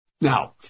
Now